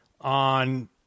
on –